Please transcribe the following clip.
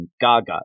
gaga